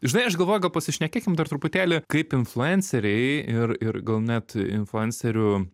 žinai aš galvoju gal pasišnekėkim dar truputėlį kaip influenceriai ir ir gal net influencerių